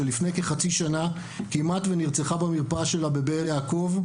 שלפני כחצי שנה כמעט נרצחה במרפאה שלה בבאר יעקב.